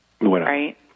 Right